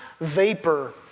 vapor